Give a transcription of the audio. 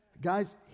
Guys